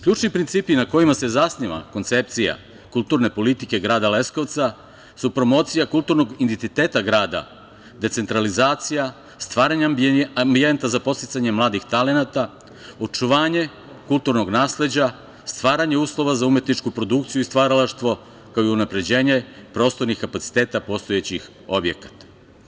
Ključni principi na kojima se zasniva koncepcija kulturne politike grada Leskovca su promocija kulturnog identiteta grada, decentralizacija, stvaranje ambijenta za podsticanje mladih talenata, očuvanje kulturnog nasleđa, stvaranje uslova za umetničku produkciju i stvaralaštvo, kao i unapređenje prostornih kapaciteta postojećih objekata.